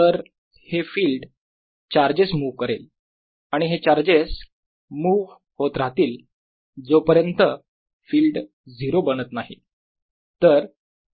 तर हे field charges move करेल आणि हे चार्जेस मुव्ह होत राहतील जोपर्यंत फिल्ड 0 बनत नाही